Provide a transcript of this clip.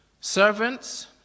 Servants